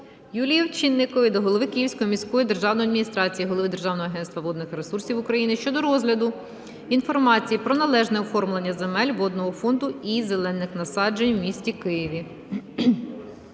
Юлії Овчинникової до голови Київської міської державної адміністрації, Голови Державного агентства водних ресурсів України щодо розгляду інформації про належне оформлення земель водного фонду і зелених насаджень в місті Києві.